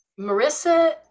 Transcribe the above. Marissa